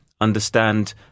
Understand